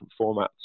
formats